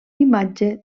imatge